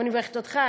ואני מברכת אותך,